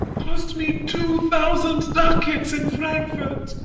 cost me two thousand ducats in frankfort!